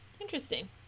Interesting